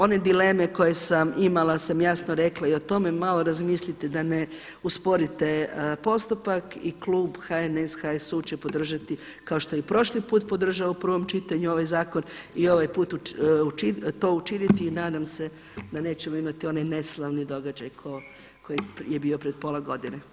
One dileme koje sam imala sam jasno rekla i o tome malo razmislite da ne usporite postupak i Klub HNS, HSU će podržati kao što je i prošli put podržao u prvom čitanju ovaj zakon i ovaj put to učiniti i nadam se da nećemo imati one neslavne događaje koji je bio prije pola godine.